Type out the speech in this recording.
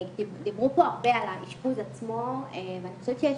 דיברו פה הרבה על האשפוז עצמו ואני חושבת שיש